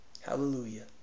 Hallelujah